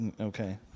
Okay